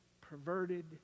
perverted